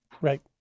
Right